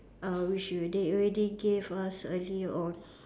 uh which were they already gave us earlier on